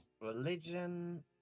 Religion